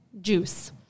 juice